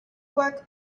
work